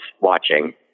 watching